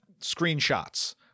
screenshots